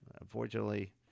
unfortunately